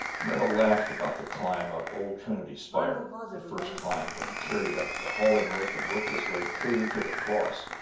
merrill laughed about the climb up old trinity's spire, the first climb when he carried up the hauling-rope and worked his way clear to the cross,